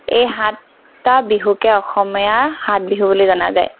এই সাতটা বিহুকে অসামীয়া সাত বিহু বুলি জনা যায়